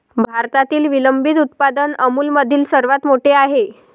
भारतातील विलंबित उत्पादन अमूलमधील सर्वात मोठे आहे